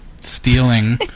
stealing